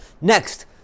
Next